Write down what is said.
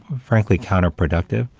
frankly, counterproductive,